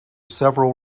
several